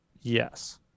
yes